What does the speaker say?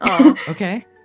Okay